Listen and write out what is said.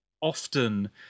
often